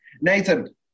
Nathan